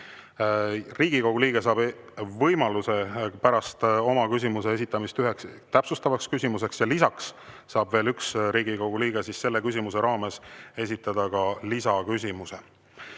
Riigikogu liige saab võimaluse pärast oma küsimuse esitamist üheks täpsustavaks küsimuseks ja lisaks saab veel üks Riigikogu liige selle küsimuse raames esitada ka lisaküsimuse.